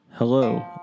Hello